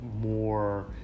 more